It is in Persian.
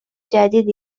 جدید